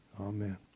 amen